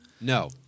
no